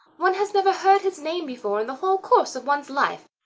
one has never heard his name before in the whole course of one's life,